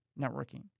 networking